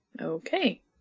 Okay